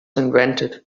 invented